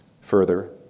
further